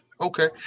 okay